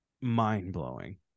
mind-blowing